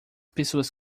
pessoas